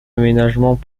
aménagement